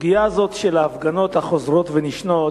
הסוגיה הזאת של ההפגנות החוזרות ונשנות,